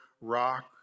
rock